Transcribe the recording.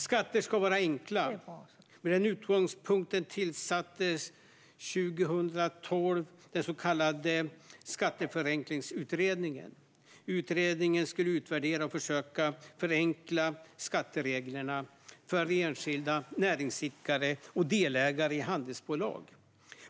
Skatter ska vara enkla - med den utgångspunkten tillsattes år 2012 den så kallade Skatteförenklingsutredningen. Utredningen skulle utvärdera och försöka förenkla skattereglerna för enskilda näringsidkare och delägare i handelsbolag.